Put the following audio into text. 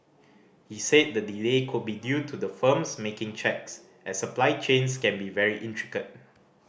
he said the delay could be due to the firms making checks as supply chains can be very intricate